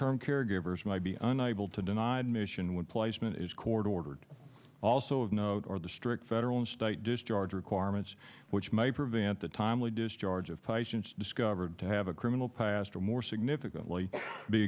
term caregivers might be unable to deny admission when placement is court ordered also of note or the strict federal and state discharge requirements which may prevent the timely discharge of patients discovered to have a criminal past or more significantly be